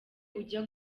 ujya